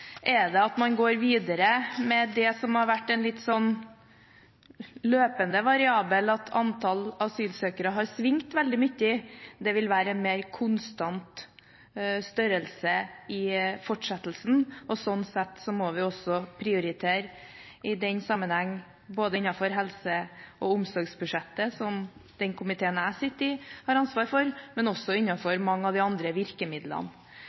er det kanskje at man går videre med det som har vært en litt løpende variabel, at antallet asylsøkere har svingt veldig mye. Det vil være en mer konstant størrelse i fortsettelsen. Sånn sett må vi i den sammenheng prioritere både innenfor helse- og omsorgsbudsjettet – som den komiteen jeg sitter i, har ansvaret for – og blant mange av de andre virkemidlene.